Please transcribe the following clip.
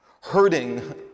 hurting